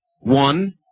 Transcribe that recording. one